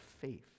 faith